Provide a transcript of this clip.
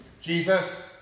Jesus